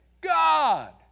God